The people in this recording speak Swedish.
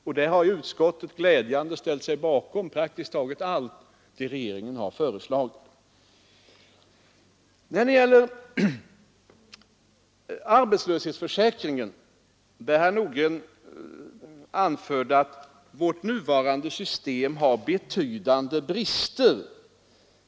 Och där har utskottet glädjande nog ställt sig bakom praktiskt taget allt vad regeringen har föreslagit. När det gäller arbetslöshetsförsäkringen anförde herr Nordgren att vårt nuvarande system har betydande brister.